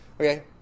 Okay